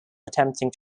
attempting